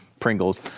Pringles